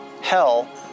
Hell